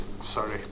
Sorry